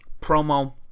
promo